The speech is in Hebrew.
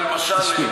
למשל,